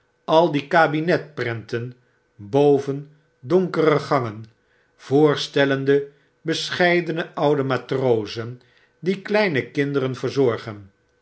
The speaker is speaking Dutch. al die kabinetprenten boven donkere gangen voorstellende bescheidene oude matronen die kleine kinderen verzorgen